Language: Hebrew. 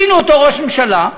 עשינו אותו ראש הממשלה.